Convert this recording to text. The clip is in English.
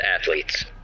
athletes